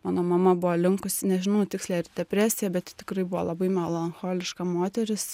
mano mama buvo linkusi nežinau tiksliai ar į depresiją bet tikrai buvo labai melancholiška moteris